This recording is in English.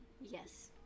Yes